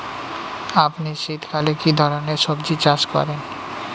আপনি শীতকালে কী ধরনের সবজী চাষ করেন?